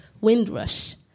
Windrush